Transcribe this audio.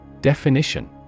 Definition